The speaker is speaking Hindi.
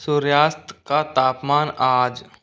सूर्यास्त का तापमान आज